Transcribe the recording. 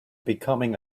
becoming